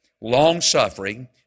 long-suffering